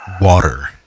water